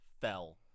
fell